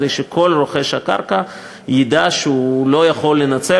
ושכל רוכש הקרקע ידע שהוא לא יכול לנצל